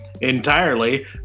entirely